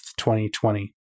2020